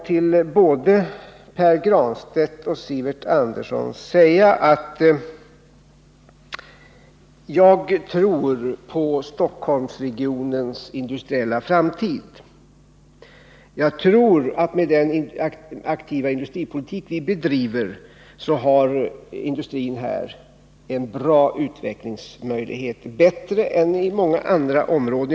Till både Pär Granstedt och Sivert Andersson vill jag säga att jag tror på Stockholmsregionens industriella framtid. Jag tror att med den aktiva industripolitik vi bedriver har industrin här goda utvecklingsmöjligheter — bättre än i många andra områden.